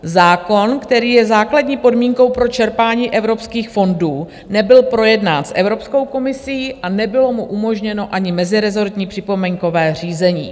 Zákon, který je základní podmínkou pro čerpání evropských fondů, nebyl projednán s Evropskou komisí a nebylo mu umožněno ani mezirezortní připomínkové řízení.